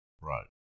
Right